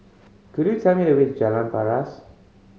could you tell me the way to Jalan Paras